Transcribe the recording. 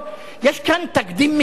יש כאן תקדים מסוכן.